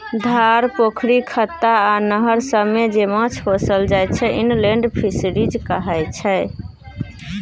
धार, पोखरि, खत्ता आ नहर सबमे जे माछ पोसल जाइ छै इनलेंड फीसरीज कहाय छै